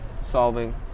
solving